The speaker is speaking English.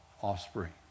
offspring